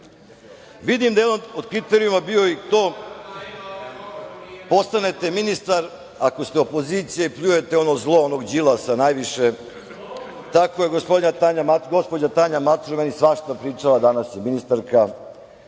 da je jedan od kriterijuma bio i to postanete ministar ako ste opozicija i pljujete ono zlo, onog Đilasa najviše. Tako je gospođa Tanja Macura o meni svašta pričala, danas je ministarka.